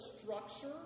structure